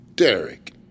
Derek